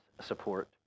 support